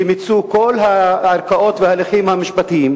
שמוצו כל הערכאות וההליכים המשפטיים,